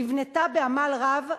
נבנתה בעמל רב,